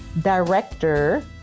director